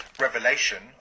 revelation